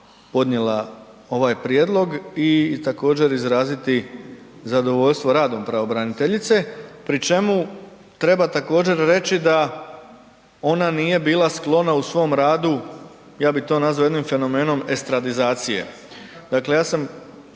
podnijela ovaj prijedlog i također izraziti zadovoljstvo radom pravobraniteljice pri čemu treba također reći da ona nije bila sklona u svom radu, ja bih to nazvao jednim fenomenom estradizacije. Dakle ja sam